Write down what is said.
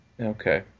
Okay